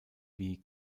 wie